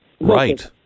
Right